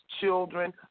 children